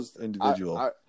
individual